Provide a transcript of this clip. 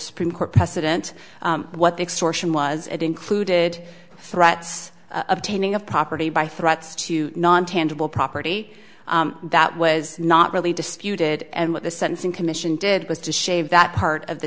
supreme court precedent what the extortion was it included threats obtaining of property by threats to non tangible property that was not really disputed and what the sentencing commission did was to shave that part of the